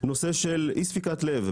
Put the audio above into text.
נושא של אי ספיקת לב,